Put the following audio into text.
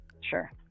sure